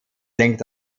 lenkt